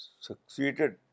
succeeded